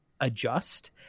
adjust